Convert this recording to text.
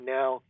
now